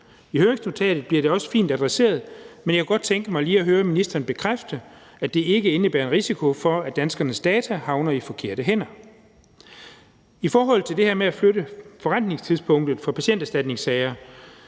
I høringsnotatet bliver det også fint adresseret, men jeg kunne godt tænke mig lige at høre ministeren bekræfte, at det ikke indebærer en risiko for, at danskernes data havner i de forkerte hænder. I forhold til det her med at flytte forrentningstidspunktet for patienterstatningssagerne